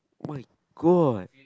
oh my god